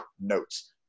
notes